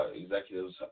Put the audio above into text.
executives